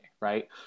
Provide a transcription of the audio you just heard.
right